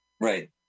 Right